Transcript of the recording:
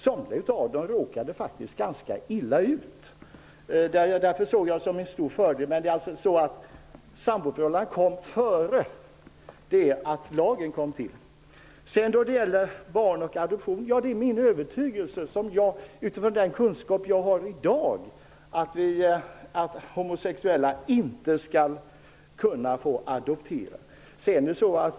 Somliga av dem råkade faktiskt ganska illa ut. Därför såg jag lagen som en stor fördel. Men samboförhållanden fanns alltså innan lagen kom till. När det gäller barn och adoption är min övertygelse -- utifrån den kunskap som jag har i dag -- att homosexuella inte skall kunna adoptera.